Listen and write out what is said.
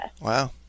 wow